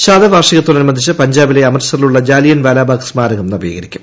ശതവാർഷികത്തോടനുബന്ധിച്ച് പഞ്ചാബിലെ അമൃത്സറിലുള്ള ജാലിയൻ വാലാബാഗ് സ്മാരകം നവീകരിക്കും